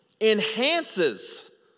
enhances